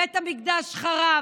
בית המקדש חרב